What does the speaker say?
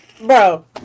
bro